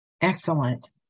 Excellent